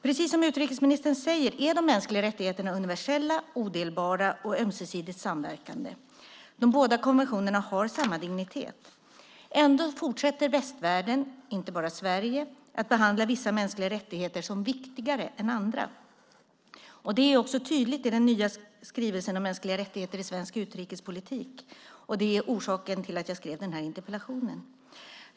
Precis som utrikesministern säger är de mänskliga rättigheterna universella, odelbara och ömsesidigt samverkande. De båda konventionerna har samma dignitet. Ändå fortsätter västvärlden, inte bara Sverige, att behandla vissa mänskliga rättigheter som viktigare än andra. Det är också tydligt i den nya skrivelsen om mänskliga rättigheter i svensk utrikespolitik. Det är orsaken till att jag skrev denna interpellation.